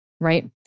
right